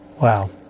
Wow